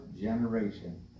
generation